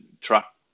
truck